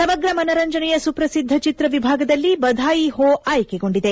ಸಮಗ್ರ ಮನರಂಜನೆಯ ಸುಪ್ರಸಿದ್ಧ ಚಿತ್ರ ವಿಭಾಗದಲ್ಲಿ ಬಧಾಯಿ ಹೋ ಆಯ್ಕೆಗೊಂಡಿದೆ